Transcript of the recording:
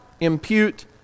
impute